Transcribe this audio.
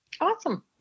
Awesome